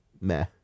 meh